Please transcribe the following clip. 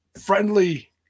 friendly